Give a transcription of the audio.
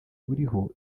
buriho